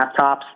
laptops